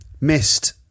Missed